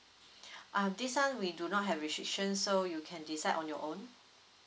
um this one we do not have restrictions so you can decide on your own